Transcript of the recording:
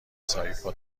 سایپا